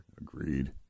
Agreed